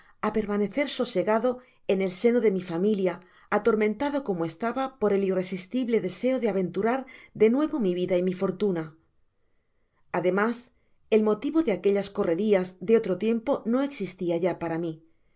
á permanecer sosegado en el seno de mi familia atormentado como estaba por el irresistible deseo de aventurar de nuevo mi vida y mi fortuna ademas el motivo de aquellas correrrias de otro tiempo no existia ya para mi mi